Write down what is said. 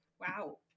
Wow